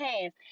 hands